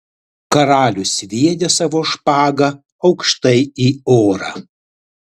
karalius sviedė savo špagą aukštai į orą